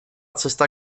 cesta